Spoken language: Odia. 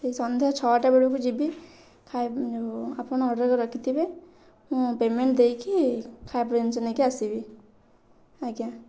ସେଇ ସନ୍ଧ୍ୟା ଛଅଟା ବେଳକୁ ଯିବି ଆପଣ ଅର୍ଡ଼ର୍ କରି ରଖିଥିବେ ମୁଁ ପେମେଣ୍ଟ୍ ଦେଇକି ଖାଇବା ଜିନିଷ ନେଇକି ଆସିବି ଆଜ୍ଞା